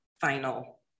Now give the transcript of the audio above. final